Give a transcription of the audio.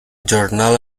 giornale